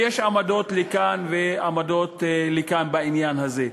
ויש עמדות לכאן ועמדות לכאן בעניין הזה.